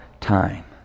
time